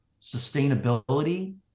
sustainability